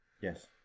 Yes